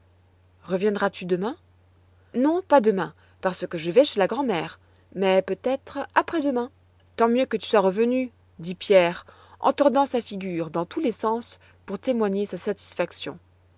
reviendras tu demain non pas demain parce que je vais chez la grand'mère mais peut-être après-demain tant mieux que tu sois revenue dit pierre en tordant sa figure dans tous les sens pour témoigner sa satisfaction